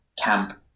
camp